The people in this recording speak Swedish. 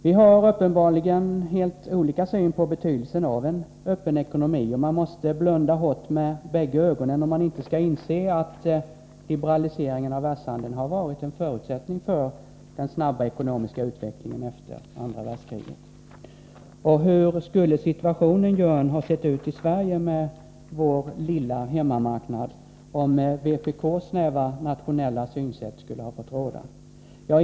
Vi har uppenbarligen helt olika syn på betydelsen av en öppen ekonomi. Man måste blunda hårt med bägge ögonen, om man inte skall inse att liberaliseringen av världshandeln har varit förutsättningen för den snabba ekonomiska utvecklingen efter andra världskriget. Hur skulle situationen ha sett ut i Sverige med vår lilla hemmamarknad, om vpk:s snäva, nationella synsätt skulle ha fått råda?